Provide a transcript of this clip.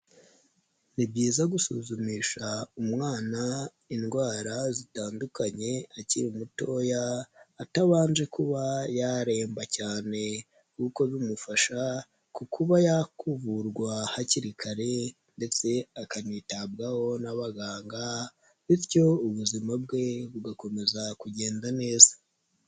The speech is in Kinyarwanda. Ni byiza gusuzumisha umwana indwara zitandukanye akiri mutoya atabanje kuba yaremba cyane kuko bimufasha kuba yavurwa hakiri kare ndetse akanitabwaho n'abaganga bityo ubuzima bwe bugakomeza kugenda neza.